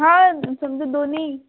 हा समजा दोन्ही